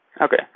Okay